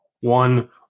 one